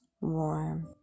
warm